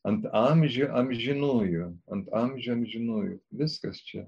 ant amžių amžinųjų ant amžių amžinųjų viskas čia